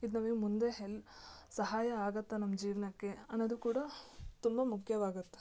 ಇದು ನಮಿಗೆ ಮುಂದೆ ಹೆಲ್ ಸಹಾಯ ಆಗುತ್ತ ನಮ್ಮ ಜೀವನಕ್ಕೆ ಅನ್ನೋದು ಕೂಡ ತುಂಬ ಮುಖ್ಯವಾಗುತ್ತೆ